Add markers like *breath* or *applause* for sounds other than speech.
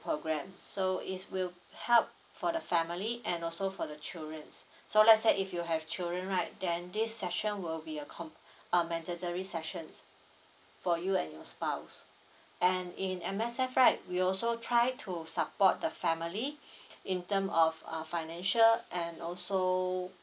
program so is will help for the family and also for the children's so let's say if you have children right then this session will be a com uh mandatory sessions for you and your spouse and in M_S_F right we also try to support the family *breath* in term of uh financial and also